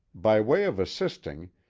by way of assisting,